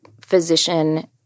physician